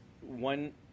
one